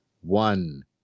one